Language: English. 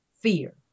fear